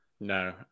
No